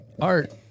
art